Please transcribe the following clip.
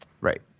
Right